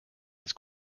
its